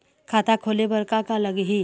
खाता खोले बर का का लगही?